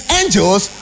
angels